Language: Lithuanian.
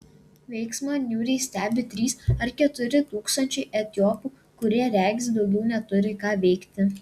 veiksmą niūriai stebi trys ar keturi tūkstančiai etiopų kurie regis daugiau neturi ką veikti